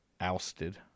ousted